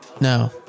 No